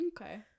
Okay